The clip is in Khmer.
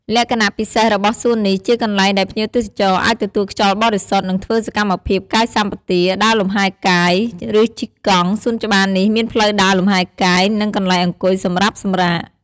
លក្ខណៈពិសេសរបស់់សួននេះជាកន្លែងដែលភ្ញៀវទេសចរអាចទទួលខ្យល់បរិសុទ្ធ និងធ្វើសកម្មភាពកាយសម្បទា ដើរលំហែកាយ ឬជិះកង់ សួនច្បារនេះមានផ្លូវដើរលំហែកាយ និង កន្លែងអង្គុយសម្រាប់សម្រាក។